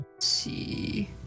see